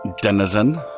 Denizen